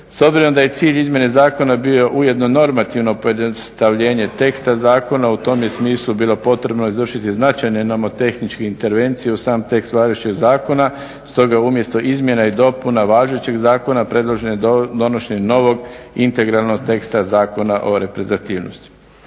S obzirom da je cilj izmjene zakona bio ujedno normativno pojednostavljenje teksta zakona u tom je smislu bilo potrebno izvršiti značajne nomotehničke intervencije u sam tekst važećeg zakona. Stoga umjesto izmjena i dopuna važećeg zakona predloženo je donošenje novog integralnog teksta zakona o reprezentativnosti.